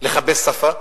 לכבס שפה,